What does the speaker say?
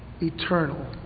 eternal